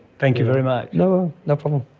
thank you very much. no no problem.